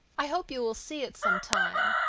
i hope you will see it sometime.